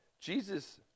Jesus